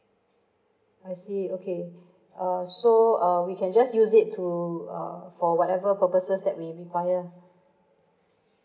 I see okay err so uh we can just use it to uh for whatever purposes that we need buy ah